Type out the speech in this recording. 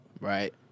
Right